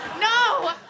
No